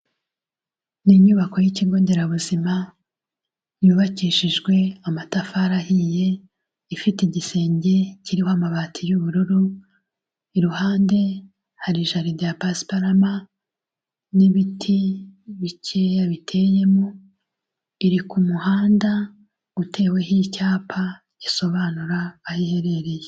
Ni inyubako y'ikigo nderabuzima yubakishijwe amatafari ahiye, ifite igisenge kiriho amabati y'ubururu, iruhande hari jaridi ya pasiparama n'ibiti bikeya biteyemo, iri ku muhanda uteweho icyapa gisobanura aho iherereye.